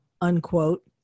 unquote